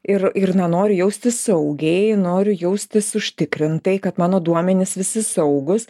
ir ir na noriu jaustis saugiai noriu jaustis užtikrintai kad mano duomenys visi saugūs